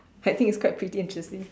I think it's quite pretty interesting